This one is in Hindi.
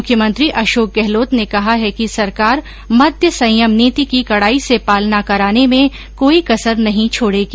मुख्यमंत्री अशोक गहलोत ने कहा है कि सरकार मदय संयम नीति की कडाई से पालना कराने में कोई कसर ैनहीं छोडेगी